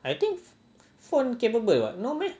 I think phones capable [what] no meh